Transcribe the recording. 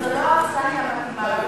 זה לא אכסניה מתאימה לחוק.